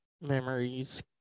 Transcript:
Memories